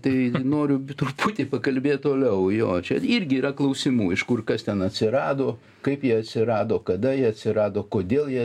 tai noriu truputį pakalbėt toliau jo čia irgi yra klausimų iš kur kas ten atsirado kaip jie atsirado kada jie atsirado kodėl jie